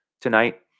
tonight